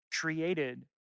created